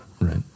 Right